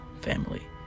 family